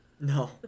No